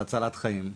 זה הצלת חיים,